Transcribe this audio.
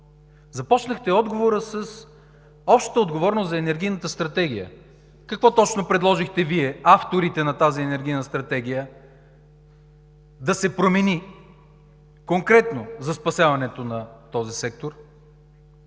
Започнахте отговора с общата отговорност за Енергийната стратегия. Какво точно предложихте Вие, авторите на тази Енергийна стратегия, да се промени конкретно за спасяването на този сектор?!